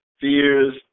Fears